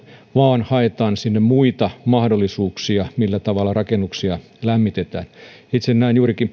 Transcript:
vaan haetaan sinne muita mahdollisuuksia siihen millä tavalla rakennuksia lämmitetään itse näen juurikin